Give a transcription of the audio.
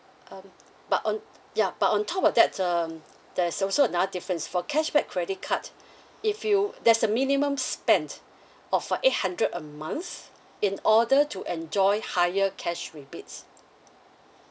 um but on ya but on top of that um there's also another difference for cashback credit card if you there's a minimum spend of for eight hundred a month in order to enjoy higher cash rebates